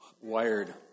wired